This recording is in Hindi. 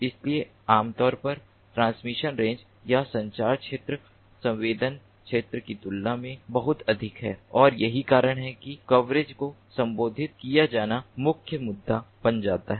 इसलिए आम तौर पर ट्रांसमिशन रेंज या संचार क्षेत्र संवेदन क्षेत्र की तुलना में बहुत अधिक है और यही कारण है कि कवरेज को संबोधित किया जाना मुख्य मुद्दा बन जाता है